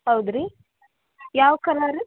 ಹೌದು ರೀ ಯಾವ ಕಲರ್